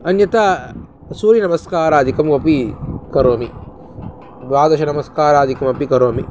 अन्यथा सूर्यनमस्कारादिकमपि करोमि द्वादशनमस्कारादिकमपि करोमि